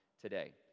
today